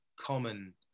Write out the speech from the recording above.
common